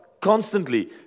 constantly